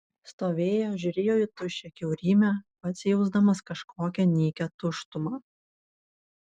stovėjo žiūrėjo į tuščią kiaurymę pats jausdamas kažkokią nykią tuštumą